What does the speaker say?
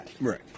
Right